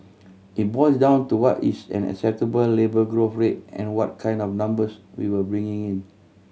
it boils down to what is an acceptable labour growth rate and what kind of numbers we were bringing in